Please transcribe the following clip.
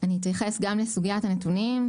אני אתייחס גם לסוגיית הנתונים.